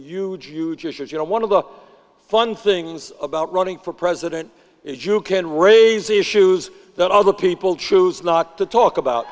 huge huge issue as you know one of the fun things about running for president is you can raise issues that all the people choose not to talk about